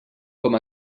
com